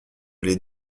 les